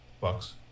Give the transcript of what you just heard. Bucks